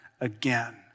again